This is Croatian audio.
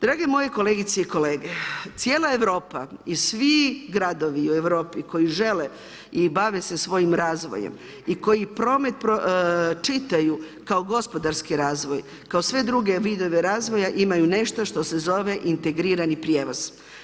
Drage moje kolegice i kolege, cijela Europa i svi gradovi u Europi koji žele i bave se svojim razvojem i koji promet čitaju kao gospodarski razvoj, kao sve druge vidove razvoja imaju nešto što se zove integrirani prijevoz.